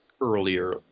earlier